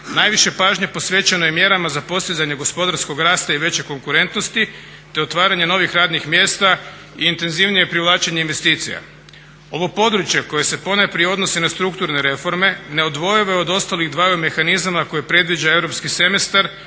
EU, najviše pažnje posvećeno je mjerama za postizanje gospodarskog rasta i veće konkurentnosti te otvaranje novih radnih mjesta i intenzivnije privlačenje investicija. Ovo područje koje se ponajprije odnosi na strukturne reforme neodvojive od ostalih dvaju mehanizama koje predviđa Europski semestar